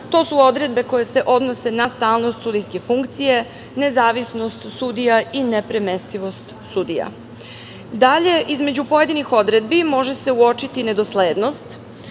To su odredbe koje se odnose na stalnost sudijske funkcije, nezavisnost sudija i nepremestivost sudija. Dalje, između pojedinih odredbi može se uočiti nedoslednost.